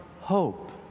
hope